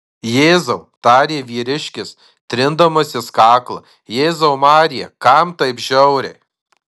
jėzau tarė vyriškis trindamasis kaklą jėzau marija kam taip žiauriai